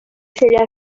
sería